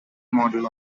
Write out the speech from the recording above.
model